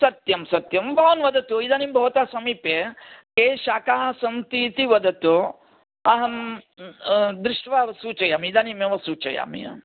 सत्यं सत्यं भवान् वदतु इदानीं भवतः समीपे ये शाकाः सन्ति इति वदतु अहं दृष्ट्वा सूचयामि एदानीमेव सूचयामि अहं